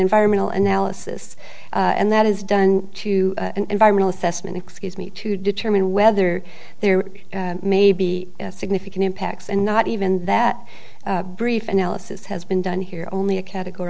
environmental analysis and that is done to an environmental assessment excuse me to determine whether there may be significant impacts and not even that brief analysis has been done here only a categor